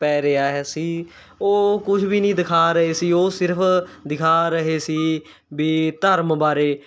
ਪੈ ਰਿਹਾ ਹੈ ਸੀ ਉਹ ਕੁਛ ਵੀ ਨਹੀਂ ਦਿਖਾ ਰਹੇ ਸੀ ਉਹ ਸਿਰਫ ਦਿਖਾ ਰਹੇ ਸੀ ਵੀ ਧਰਮ ਬਾਰੇ